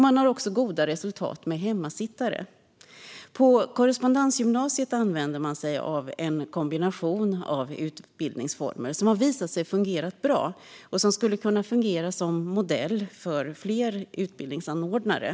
Man har också goda resultat med hemmasittare. På Korrespondensgymnasiet använder man sig av en kombination av undervisningsformer som har visat sig fungera bra och som skulle kunna fungera som modell för fler utbildningsanordnare.